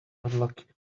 unlucky